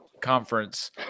conference